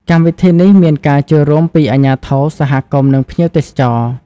កម្មវិធីនេះមានការចូលរួមពីអាជ្ញាធរ សហគមន៍និងភ្ញៀវទេសចរ។